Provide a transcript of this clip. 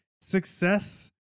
success